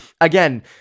again